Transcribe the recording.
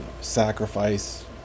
sacrifice